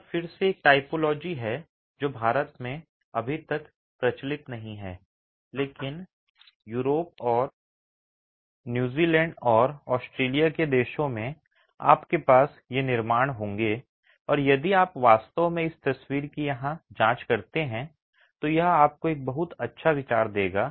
यह फिर से एक टाइपोलॉजी है जो भारत में अभी तक प्रचलित नहीं है लेकिन यूरोप और न्यूजीलैंड और ऑस्ट्रेलिया के देशों में आपके पास ये निर्माण होंगे और यदि आप वास्तव में इस तस्वीर की यहां जांच करते हैं तो यह आपको एक बहुत अच्छा विचार देगा